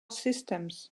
systems